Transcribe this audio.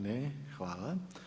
Ne, hvala.